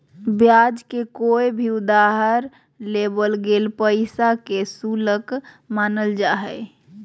ब्याज के कोय भी उधार लेवल गेल पैसा के शुल्क मानल जा हय